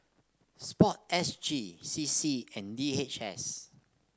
sport S G C C and D H S